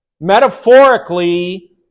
metaphorically